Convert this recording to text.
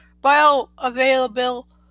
bioavailable